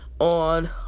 on